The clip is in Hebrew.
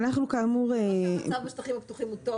לא שהמצב בשטחים הפתוחים הוא טוב.